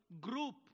group